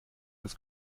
des